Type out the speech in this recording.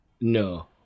No